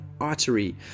artery